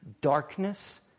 darkness